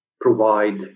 provide